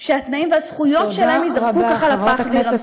שהתנאים והזכויות שלהם ייזרקו ככה לפח.